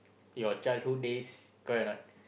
your childhood days correct or not